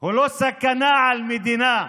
הוא לא סכנה למדינה.